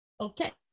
Okay